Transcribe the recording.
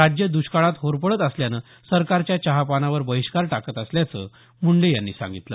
राज्य दुष्काळात होरपळत असल्यानं सरकारच्या चहापानावर बहिष्कार टाकत असल्याचं मुंडे यांनी सांगितलं